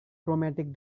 chromatic